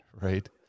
Right